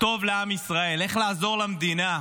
טוב לעם ישראל, איך לעזור למדינה,